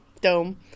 Dome